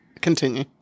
Continue